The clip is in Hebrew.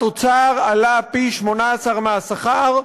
התוצר עלה פי-18 מהשכר,